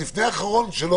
באחרון.